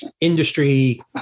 industry